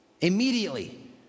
Immediately